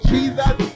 Jesus